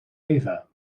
eva